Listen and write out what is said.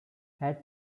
had